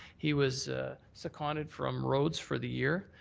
he was seconded from roads for the year.